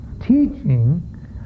teaching